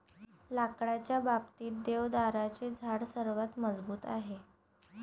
लाकडाच्या बाबतीत, देवदाराचे झाड सर्वात मजबूत आहे